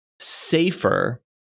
safer